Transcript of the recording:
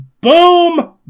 Boom